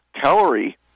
calorie